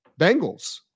Bengals